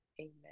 amen